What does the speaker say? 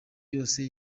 yose